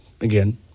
again